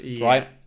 right